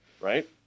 Right